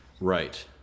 Right